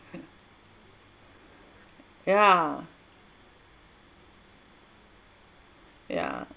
yeah yeah